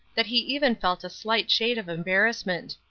that he even felt a slight shade of embarrassment.